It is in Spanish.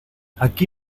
aquí